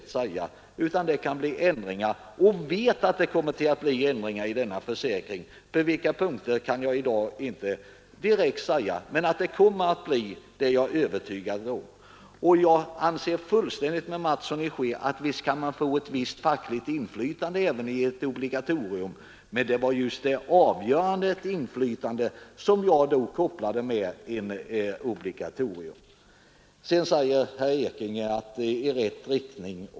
Tisdagen den Så har det här hänvisats till vad utskottet har skrivit, och man har sagt 29 maj 1973 att vi socialdemokrater väl så småningom kommer över på oppositionens ———— linje. Ja, om det vore så enkelt att man varje gång kunde binda sig för all Arbetslöshetsförsäkring m.m. framtid!